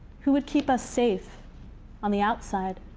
who would keep us safe on the outside?